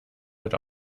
wird